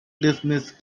dismiss